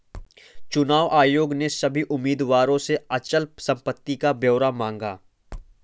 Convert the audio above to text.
चुनाव आयोग ने सभी उम्मीदवारों से अचल संपत्ति का ब्यौरा मांगा